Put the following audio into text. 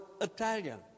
Italian